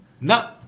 no